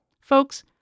Folks